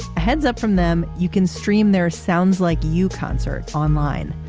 a heads up from them you can stream their sounds like you concert online.